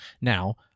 Now